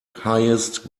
highest